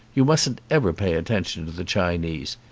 you mustn't ever pay attention to the chinese.